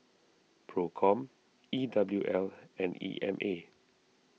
Procom E W L and E M A